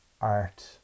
art